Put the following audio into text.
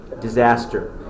disaster